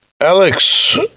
Alex